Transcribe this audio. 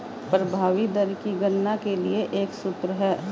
प्रभावी दर की गणना के लिए एक सूत्र है